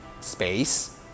space